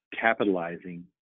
capitalizing